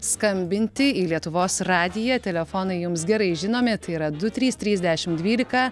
skambinti į lietuvos radiją telefonai jums gerai žinomi tai yra du trys trys dešim dvylika